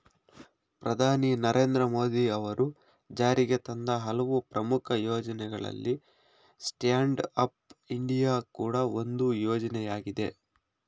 ಪ್ರಧಾನಿ ನರೇಂದ್ರ ಮೋದಿ ಅವರು ಜಾರಿಗೆತಂದ ಹಲವು ಪ್ರಮುಖ ಯೋಜ್ನಗಳಲ್ಲಿ ಸ್ಟ್ಯಾಂಡ್ ಅಪ್ ಇಂಡಿಯಾ ಕೂಡ ಒಂದು ಯೋಜ್ನಯಾಗಿದೆ